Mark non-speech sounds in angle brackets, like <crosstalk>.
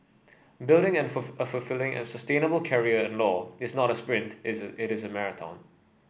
building and a <unintelligible> a fulfilling and sustainable career in law is not a sprint is it is a marathon